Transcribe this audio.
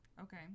okay